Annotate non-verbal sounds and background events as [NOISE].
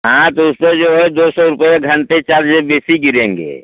हाँ तो उसका जो है दो सौ रुपया घंटे चार्ज है [UNINTELLIGIBLE] गिरेंगे